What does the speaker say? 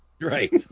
Right